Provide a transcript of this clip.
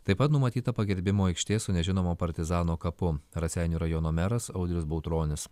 taip pat numatyta pagerbimo aikštė su nežinomo partizano kapu raseinių rajono meras audrius bautronis